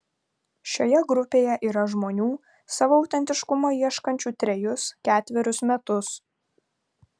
šioje grupėje yra žmonių savo autentiškumo ieškančių trejus ketverius metus